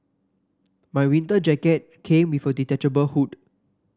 my winter jacket came with a detachable hood